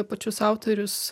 pačius autorius